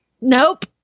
nope